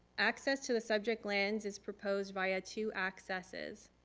access to the subject lands is proposed via two accesses.